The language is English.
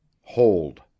HOLD